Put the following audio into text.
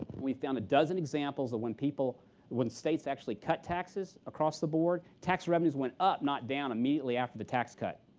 we found a dozen examples of when people when states actually cut taxes across the board. tax revenues went up, not down, immediately after the tax cut.